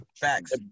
Facts